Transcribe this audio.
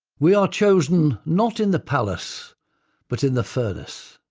we are chosen not in the palace but in the furnace.